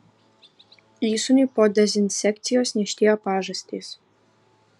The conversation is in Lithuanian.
įsūniui po dezinsekcijos niežtėjo pažastys